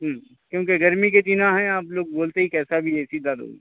ہوں کیونکہ گرمی کے دناں ہے آپ لوگ بولتے کیسا بھی اے سی ڈالو